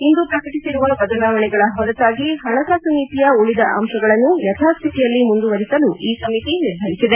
ಇಂದು ಪ್ರಕಟಿಸಿರುವ ಬದಲಾವಣೆಗಳ ಹೊರತಾಗಿ ಹಣಕಾಸು ನೀತಿಯ ಉಳಿದ ಅಂಶಗಳನ್ನು ಯಥಾಸ್ತಿತಿಯಲ್ಲಿ ಮುಂದುವರಿಸಲು ಈ ಸಮಿತಿ ನಿರ್ಧರಿಸಿದೆ